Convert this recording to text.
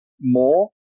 more